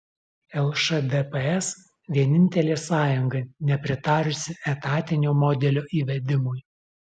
lšdps vienintelė sąjunga nepritarusi etatinio modelio įvedimui